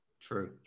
True